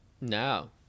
No